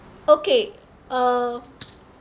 okay uh